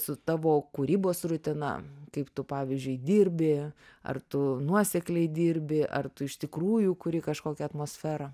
su tavo kūrybos rutina kaip tu pavyzdžiui dirbi ar tu nuosekliai dirbi ar tu iš tikrųjų kuri kažkokią atmosferą